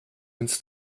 uns